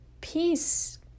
peace